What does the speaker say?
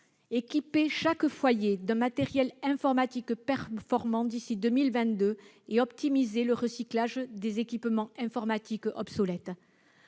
équiper chaque foyer d'un matériel informatique performant d'ici à 2022 et optimiser le recyclage des équipements informatiques obsolètes